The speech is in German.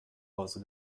hause